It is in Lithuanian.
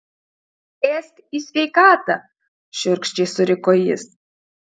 ėsk į sveikatą šiurkščiai suriko jis